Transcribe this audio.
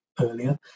earlier